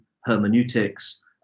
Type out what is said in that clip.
hermeneutics